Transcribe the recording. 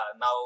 now